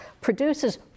produces